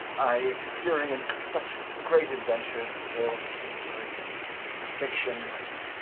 i experienced such great adventures, tales of history and fiction and